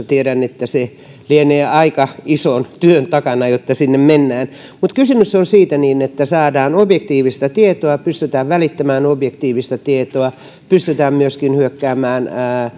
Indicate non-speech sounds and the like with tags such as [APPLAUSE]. [UNINTELLIGIBLE] tiedän että se lienee aika ison työn takana jotta sinne mennään mutta kysymys on siitä että saadaan objektiivista tietoa pystytään välittämään objektiivista tietoa pystytään myöskin hyökkäämään